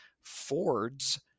Ford's